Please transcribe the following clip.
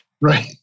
right